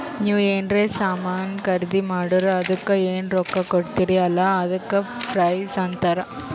ನೀವ್ ಎನ್ರೆ ಸಾಮಾನ್ ಖರ್ದಿ ಮಾಡುರ್ ಅದುಕ್ಕ ಎನ್ ರೊಕ್ಕಾ ಕೊಡ್ತೀರಿ ಅಲ್ಲಾ ಅದಕ್ಕ ಪ್ರೈಸ್ ಅಂತಾರ್